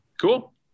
Cool